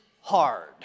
hard